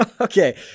Okay